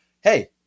hey